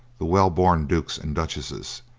the well-born dukes and duchesses,